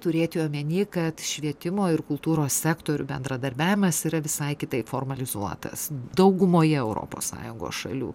turėti omeny kad švietimo ir kultūros sektorių bendradarbiavimas yra visai kitaip formalizuotas daugumoje europos sąjungos šalių